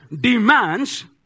demands